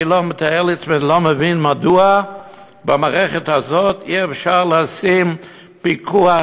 אני לא מתאר לי ולא מבין מדוע במערכת החינוך אי-אפשר לשים פיקוח